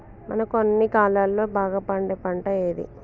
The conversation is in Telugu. మనకు అన్ని కాలాల్లో బాగా పండే పంట ఏది?